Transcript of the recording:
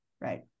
Right